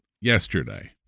yesterday